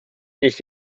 ich